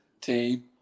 team